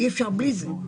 אי אפשר בלי זה.